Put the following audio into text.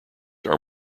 are